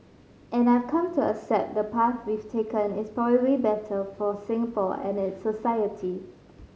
and I have come to accept the path we've taken is probably better for Singapore and its society